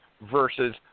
versus